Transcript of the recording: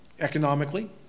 economically